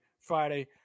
friday